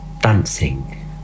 dancing